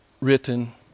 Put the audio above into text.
written